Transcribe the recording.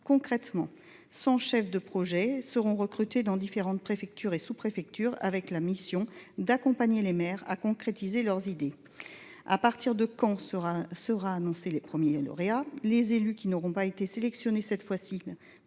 Concrètement, 100 chefs de projet seront recrutés dans différentes préfectures et sous préfectures, avec la mission d’accompagner les maires à concrétiser leurs idées. À partir de quand les premiers lauréats seront ils annoncés ? Les élus qui n’auront pas été sélectionnés cette fois